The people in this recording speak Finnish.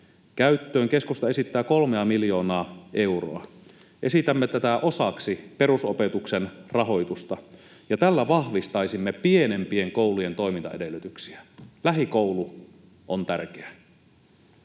käyttöön. Keskusta esittää kolmea miljoonaa euroa. Esitämme tätä osaksi perusopetuksen rahoitusta, ja tällä vahvistaisimme pienempien koulujen toimintaedellytyksiä. Lähikoulu on tärkeä.